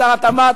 לשר התמ"ת,